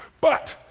but,